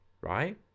right